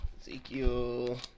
Ezekiel